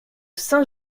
saint